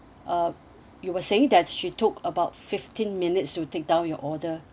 uh you were saying that she took about fifteen minutes to take down your order